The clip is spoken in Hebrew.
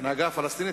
ההנהגה הפלסטינית,